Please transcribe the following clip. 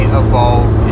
evolve